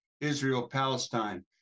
Israel-Palestine